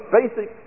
basic